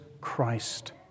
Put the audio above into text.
Christ